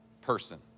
person